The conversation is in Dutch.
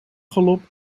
galop